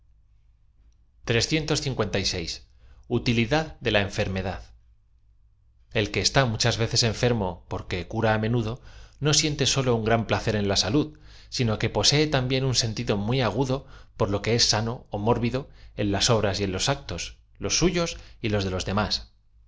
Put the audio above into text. tilidad de la enfermedad e l que está muchas veces enfermo porque cura i menudo no siente sólo un gran placer en la salud sino que posee también un sentido muy agudo por lo que es sano ó mórbido en las obras y en loa actos los suyos y los de los demás